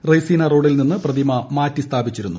റെയ്സിന റോഡിൽ നിന്ന് പ്രതിമ മാറ്റി സ്ഥാപിച്ചിരുന്നു